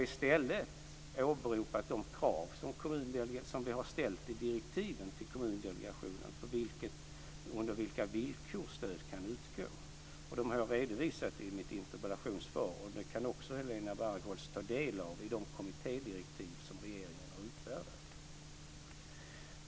I stället har jag åberopat de krav som ställdes i direktiven till Kommundelegationen och som ska vara uppfyllda för att stöd ska kunna utgå, och dessa krav har jag redovisat i mitt interpellationssvar. Helena Bargholtz kan också ta del av dem i de kommittédirektiv som regeringen har utfärdat.